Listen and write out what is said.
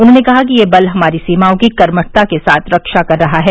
उन्होंने कहा कि यह बल हमारी सीमाओं की कर्मठता के साथ रक्षा कर रहा है